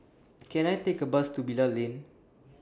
Can I Take A Bus to Bilal Lane